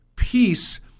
peace